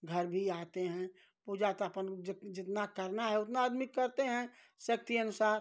घर भी आते हैं पूजा त अपन जित जितना करना है उतना आदमी करते हैं शक्ति अनुसार